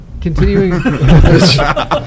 Continuing